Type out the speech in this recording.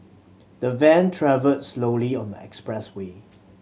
the van travelled slowly on the expressway